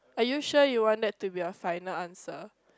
are you sure you want that to be your final answer